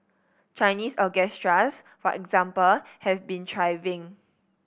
Chinese orchestras for example have been thriving